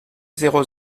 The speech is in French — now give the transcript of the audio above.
zéro